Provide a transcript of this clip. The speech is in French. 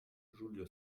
julio